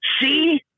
see